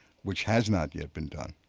which has not yet been done.